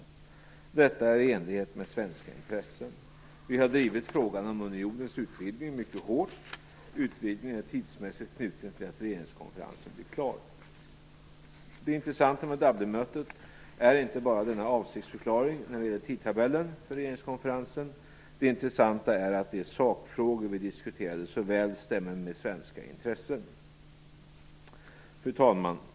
Detta är i enlighet med svenska intressen. Vi har drivit frågan om unionens utvidgning mycket hårt. Utvidgningen är tidsmässigt knuten till att regeringskonferensen blir klar. Det intressanta med Dublinmötet är inte bara denna avsiktsförklaring när det gäller tidtabellen för regeringskonferensen. Det intressanta är att de sakfrågor vi diskuterade så väl stämmer med svenska intressen. Fru talman!